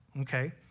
okay